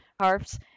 harps